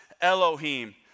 Elohim